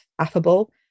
affable